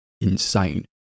insane